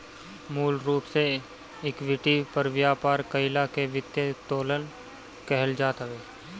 मूल रूप से इक्विटी पर व्यापार कईला के वित्तीय उत्तोलन कहल जात हवे